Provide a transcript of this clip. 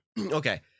Okay